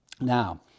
now